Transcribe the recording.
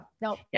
no